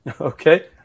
Okay